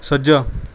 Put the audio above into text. ਸੱਜਾ